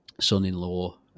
son-in-law